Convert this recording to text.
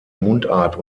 mundart